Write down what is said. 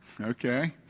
Okay